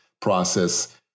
process